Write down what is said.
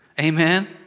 Amen